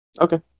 Okay